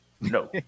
no